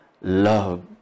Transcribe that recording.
love